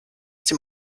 dem